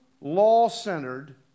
law-centered